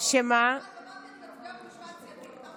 ואז אמרתי שאני מצביעה במשמעת סיעתית,